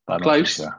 Close